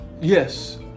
Yes